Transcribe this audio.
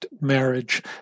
marriage